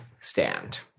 stand